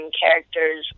characters